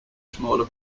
smaller